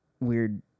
weird